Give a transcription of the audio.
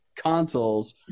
consoles